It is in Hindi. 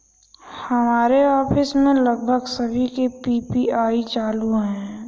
हमारे ऑफिस में लगभग सभी के पी.पी.आई चालू है